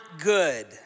good